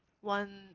one